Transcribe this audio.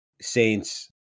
Saints